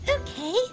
okay